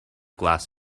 glass